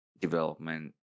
development